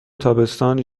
تابستان